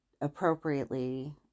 appropriately